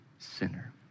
sinner